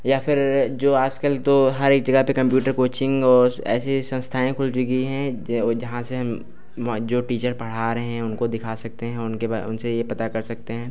या फिर जो आज कल तो हर एक जगह पे कम्प्यूटर कोचिंग और ऐसी ऐसी संस्थाएँ खुल चुकी हैं जे ओर जहाँ से हम वहाँ जो टीचर पढ़ा रहे हैं उनको दिखा सकते हैं उनके उनसे ये पता कर सकते हैं